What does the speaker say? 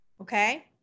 Okay